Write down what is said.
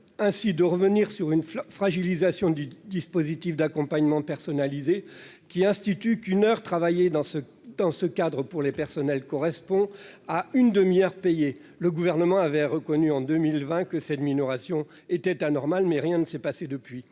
tend à revenir sur une fragilisation du dispositif d'accompagnement personnalisé, selon laquelle une heure travaillée dans ce cadre pour les personnels correspond à une demi-heure payée. Le Gouvernement avait reconnu en 2020 que cette minoration était anormale, mais rien ne s'est passé depuis.